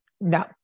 No